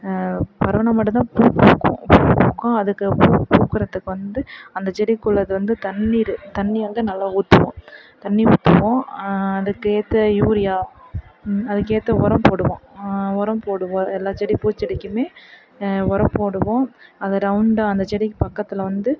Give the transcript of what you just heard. பரவினா மட்டும் தான் பூப் பூக்கும் பூப் பூக்கும் அதுக்கப்புறம் பூக்கிறதுக்கு வந்து அந்தச் செடிக்குள்ளது வந்து தண்ணீர் தண்ணியை வந்து நல்லா ஊற்றுவோம் தண்ணி ஊற்றுவோம் அதுக்கேற்ற யூரியா அதுக்கேற்ற உரம் போடுவோம் உரம் போடுவோம் எல்லா செடி பூச்செடிக்குமே உரம் போடுவோம் அதை ரௌண்டாக அந்தச் செடிக்குப் பக்கத்தில் வந்து